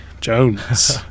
Jones